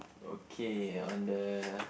okay on the